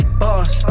boss